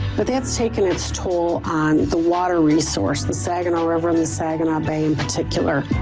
but that's taken its toll on the water resource, the saginaw river and the saginaw bay in particular.